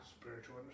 spiritual